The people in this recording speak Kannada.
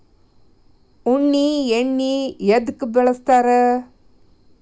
ಉಣ್ಣಿ ಎಣ್ಣಿ ಎದ್ಕ ಬಳಸ್ತಾರ್?